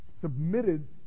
submitted